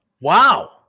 Wow